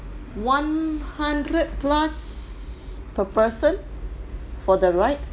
one hundred plus per person for the ride